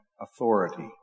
authority